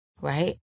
Right